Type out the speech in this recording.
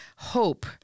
Hope